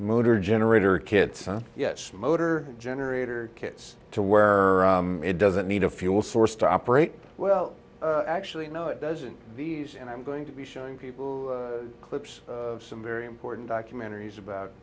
motor generator kids yes motor generator kits to where it doesn't need a fuel source to operate well actually no it doesn't these and i'm going to be showing people clips of some very important documentaries about